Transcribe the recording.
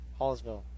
Hallsville